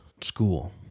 school